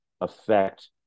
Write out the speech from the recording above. affect